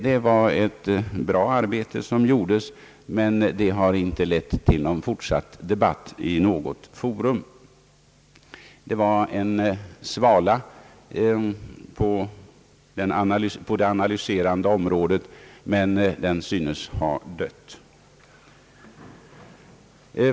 Det var ett bra arbete som gjordes, men det har inte lett till någon fortsatt debatt i något forum. Det var en svala på det analyserande området, men den synes ha dött.